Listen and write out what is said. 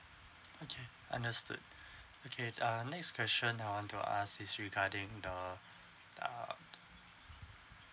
okay understood okay err next question I want to ask is regarding the uh